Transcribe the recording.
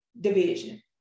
division